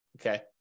okay